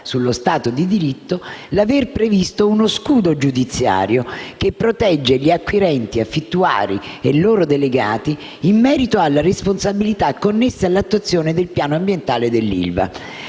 sullo Stato di diritto, l'aver previsto uno scudo giudiziario che protegge gli acquirenti, affittuari e loro delegati in merito alle responsabilità connesse all'attuazione del piano ambientale dell'ILVA.